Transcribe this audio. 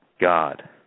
god